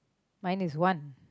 mine is one